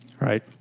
Right